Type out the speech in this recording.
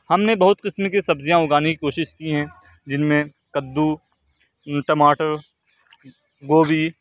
ہم نے بہت قسم کی سبزیاں اگانے کی کوشش کی ہیں جن میں کدو ٹماٹر گوبھی